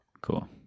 Cool